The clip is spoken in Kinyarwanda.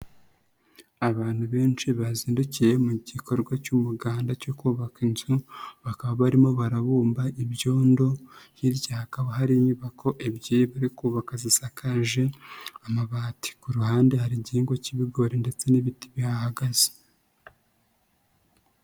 Abantu benshi bazindukiye mu gikorwa cy'umuganda cyo kubaka inzu, bakaba barimo barabumba ibyondo, hirya hakaba hari inyubako ebyiri bari kubaka zisakaje amabati, ku ruhande hari igihingwa k'ibigori ndetse n'ibiti bihahagaze.